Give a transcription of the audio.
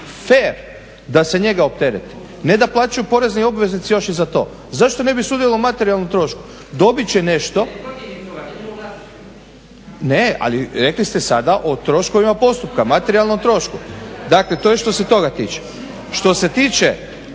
fer da se njega optereti, ne da plaćaju porezni obveznici i za to. Zašto ne bi sudjelovao u materijalnom trošku? Dobit će nešto… … /Upadica se ne čuje./ … Ne, ali rekli ste sada o troškovima postupka, materijalnom trošku. Dakle to je što se toga tiče. Što se tiče